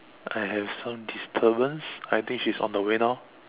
I have some disturbance I think she is on the way now